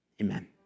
Amen